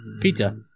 Pizza